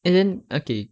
and then okay